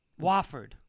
Wofford